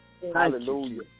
Hallelujah